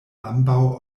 ambaŭ